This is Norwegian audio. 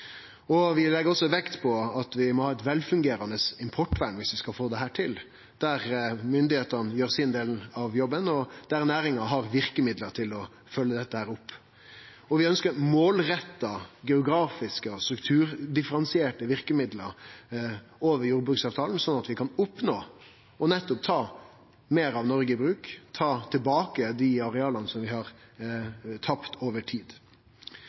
utmarksareal. Vi legg også vekt på at vi må ha eit velfungerande importvern viss vi skal få dette til, der myndigheitene gjer sin del av jobben, og der næringa har verkemiddel til å følgje dette opp. Og vi ønskjer målretta geografi- og strukturdifferensierte verkemiddel over jordbruksavtalen, sånn at vi kan oppnå nettopp å ta meir av Noreg i bruk, ta tilbake dei areala som vi har tapt over tid.